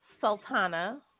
Sultana